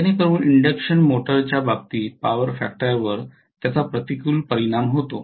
जेणेकरून इंडक्शन मोटरच्या बाबतीत पॉवर फॅक्टरवर त्याचा प्रतिकूल परिणाम होतो